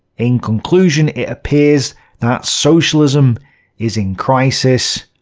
in conclusion, it appears that socialism is in crisis,